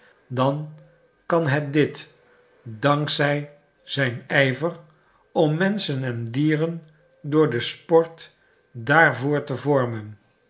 dan kan het dit dank zij zijn ijver om menschen en dieren door den sport daarvoor te vormen